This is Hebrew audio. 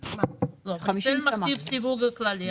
זה מכתיב סיווג כללי,